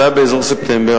זה היה באזור ספטמבר,